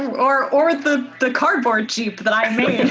or or the the cardboard jeep that i made